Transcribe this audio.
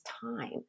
time